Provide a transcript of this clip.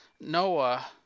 Noah